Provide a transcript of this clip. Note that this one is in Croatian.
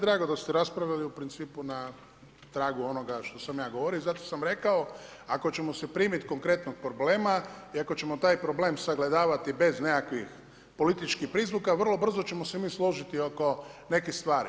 Kolega Grčić, meni je drago da ste raspravili u principu na tragu onoga što sam ja govorio i zato sam rekao ako ćemo se primit konkretnog problema i ako ćemo taj problem sagledavati bez nekakvih političkih prizvuka vrlo brzo ćemo se mi složiti oko nekih stvari.